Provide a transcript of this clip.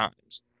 times